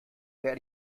werde